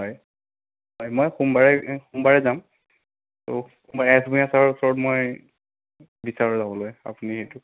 হয় হয় মই সোমবাৰে সোমবাৰে যাম আৰু সোমবাৰে এছ ভূঞা ছাৰৰ ওচৰত মই বিচাৰ ল'বলৈ আপুনি এইটো